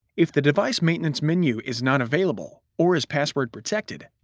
if the device maintenance menu is not available, or is password protected,